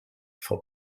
vor